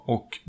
Och